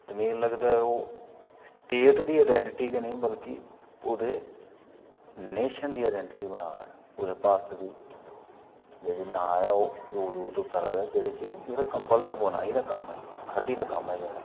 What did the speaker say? ते मिगी नेईं लगदा ऐ ओह् स्टेट दी आइडैंटीटी गै नी बल्कि पूरे नेशन दी आईडिंटिटी बना दा ऐ पूरे भारत दी जेहड़ी नां ऐ ओह् दूर दूर तक करा दा ऐ जेहडा़ कंबल दी बुनाई दा कम्म ऐ खड्डी दा कम्म ऐ जेहड़ा